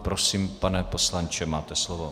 Prosím, pane poslanče, máte slovo.